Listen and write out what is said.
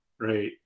right